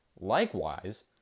Likewise